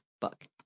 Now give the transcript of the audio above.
book